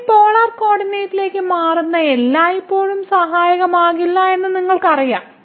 ഈ പോളാർ കോർഡിനേറ്റിലേക്ക് മാറുന്നത് എല്ലായ്പ്പോഴും സഹായിക്കില്ലെന്ന് നിങ്ങൾക്കറിയാം